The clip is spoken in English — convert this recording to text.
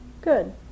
good